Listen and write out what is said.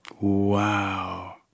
Wow